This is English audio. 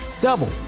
Double